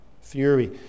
fury